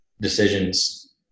decisions